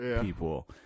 People